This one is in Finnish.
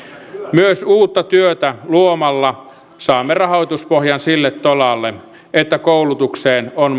myös uutta työtä luomalla saamme rahoituspohjan sille tolalle että koulutukseen on